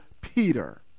Peter